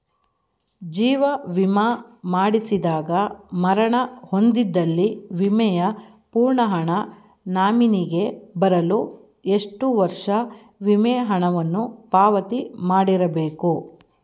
ಜೀವ ವಿಮಾ ಮಾಡಿಸಿದಾಗ ಮರಣ ಹೊಂದಿದ್ದಲ್ಲಿ ವಿಮೆಯ ಪೂರ್ಣ ಹಣ ನಾಮಿನಿಗೆ ಬರಲು ಎಷ್ಟು ವರ್ಷ ವಿಮೆ ಹಣವನ್ನು ಪಾವತಿ ಮಾಡಿರಬೇಕು?